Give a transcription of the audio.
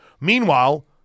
Meanwhile